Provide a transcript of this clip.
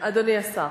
אדוני השר,